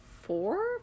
four